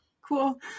cool